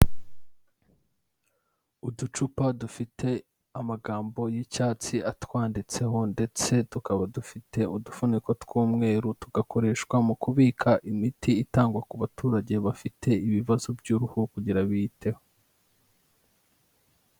Uducupa dufite amagambo y'icyatsi atwanditseho ndetse tukaba dufite udufuniko tw'umweru, tugakoreshwa mu kubika imiti itangwa ku baturage bafite ibibazo by'uruhu kugira biyiteho.